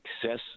success